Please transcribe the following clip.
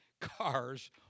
cars